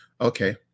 Okay